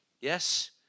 Yes